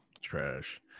trash